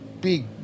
big